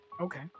Okay